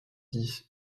dix